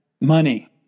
money